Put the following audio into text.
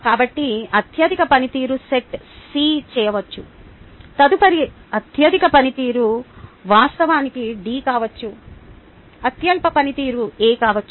కాబట్టి అత్యధిక పనితీరును సెట్సి చేయవచ్చు తదుపరి అత్యధిక పనితీరు వాస్తవానికి డికావచ్చు అత్యల్ప పనితీరు ఎ కావచ్చు